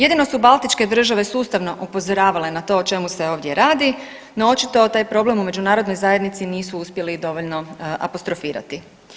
Jedino su Baltičke države sustavno upozoravale na to o čemu se ovdje radi, no očito taj problem u međunarodnoj zajednici nisu uspjeli dovoljno apostrofirati.